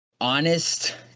honest